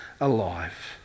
alive